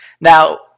Now